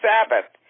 Sabbath